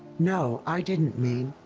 no, i didn't mean.